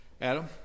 Adam